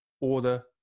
order